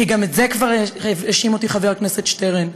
כי גם בזה כבר האשים אותי חבר הכנסת שטרן,